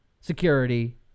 security